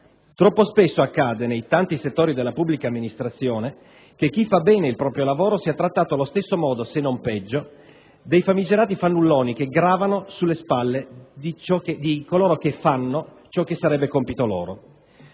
Troppo spesso accade, nei tanti settori della pubblica amministrazione, che chi fa bene il proprio lavoro sia trattato allo stesso modo, se non peggio, dei famigerati fannulloni che gravano sulle spalle di coloro che fanno ciò che sarebbe compito loro.